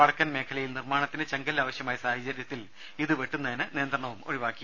വടക്കൻ മേഖലയിൽ നിർമാണത്തിന് ചെങ്കല്ല് ആവശ്യമായ സാഹചര്യത്തിൽ ഇത് വെട്ടുന്നതിന് നിയന്ത്രണം ഒഴിവാക്കി